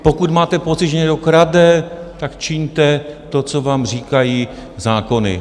Pokud máte pocit, že někdo krade, tak čiňte to, co vám říkají zákony.